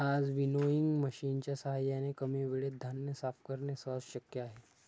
आज विनोइंग मशिनच्या साहाय्याने कमी वेळेत धान्य साफ करणे सहज शक्य आहे